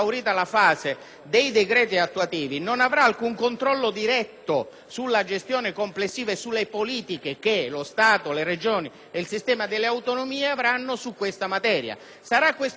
dei decreti attuativi, non avrà alcun controllo diretto sulla gestione complessiva e sulle politiche che lo Stato, le Regioni e il sistema delle autonomie avranno in materia. A svolgere tale